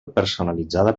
personalitzada